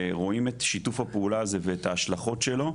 ורואים את שיתוף הפעולה הזה ואת ההשלכות שלו,